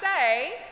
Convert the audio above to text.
say